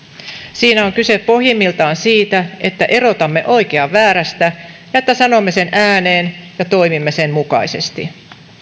siinä on kyse pohjimmiltaan siitä että erotamme oikean väärästä ja että sanomme sen ääneen ja toimimme sen mukaisesti